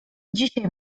dzisiaj